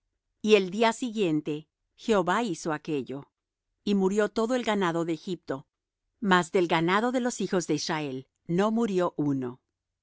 y el día siguiente jehová hizo aquello y murió todo el ganado de egipto mas del ganado de los hijos de israel no murió uno